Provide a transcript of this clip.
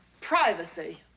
Privacy